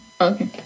Okay